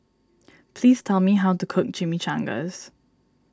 please tell me how to cook Chimichangas